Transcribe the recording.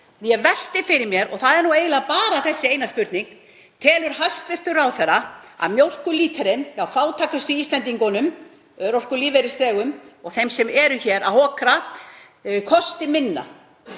Ég velti fyrir mér, og það er nú eiginlega bara þessi eina spurning: Telur hæstv. ráðherra að mjólkurlítrinn hjá fátækustu Íslendingunum, örorkulífeyrisþegum og þeim sem eru hér að hokra, kosti minna